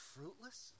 fruitless